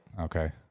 Okay